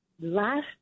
last